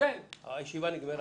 הישיבה ננעלה